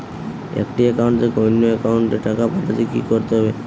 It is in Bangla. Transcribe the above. একটি একাউন্ট থেকে অন্য একাউন্টে টাকা পাঠাতে কি করতে হবে?